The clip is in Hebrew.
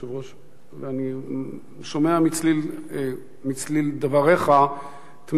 ואני שומע מצליל דבריך תמיהה מסוימת.